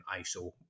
ISO